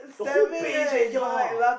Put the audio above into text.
the whole page eh ya